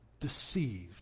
Deceived